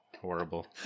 Horrible